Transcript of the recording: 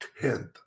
tenth